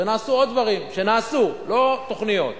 ונעשו עוד דברים, שנעשו, לא תוכניות.